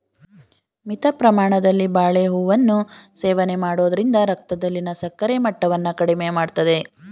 ಮಿತ ಪ್ರಮಾಣದಲ್ಲಿ ಬಾಳೆಹೂವನ್ನು ಸೇವನೆ ಮಾಡೋದ್ರಿಂದ ರಕ್ತದಲ್ಲಿನ ಸಕ್ಕರೆ ಮಟ್ಟವನ್ನ ಕಡಿಮೆ ಮಾಡ್ತದೆ